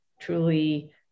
truly